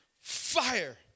fire